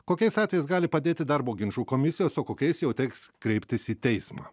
kokiais atvejais gali padėti darbo ginčų komisijos o kokiais jau teks kreiptis į teismą